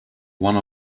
one